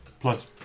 Plus